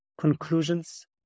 conclusions